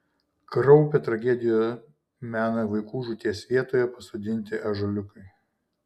kraupią tragediją mena vaikų žūties vietoje pasodinti ąžuoliukai